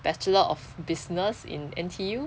bachelor of business in N_T_U